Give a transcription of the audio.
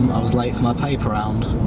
i was late for my paper round.